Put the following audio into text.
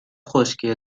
خشکی